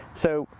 so,